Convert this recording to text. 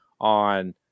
on